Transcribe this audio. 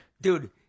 dude